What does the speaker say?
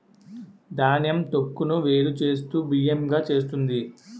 ధాన్యం తొక్కును వేరు చేస్తూ బియ్యం గా చేస్తుంది